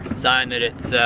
saying that it's